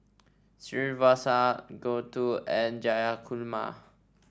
Srinivasa Gouthu and Jayakumar